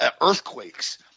earthquakes